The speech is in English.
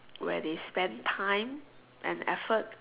where they spend time and effort